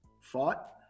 fought